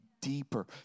deeper